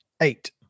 Eight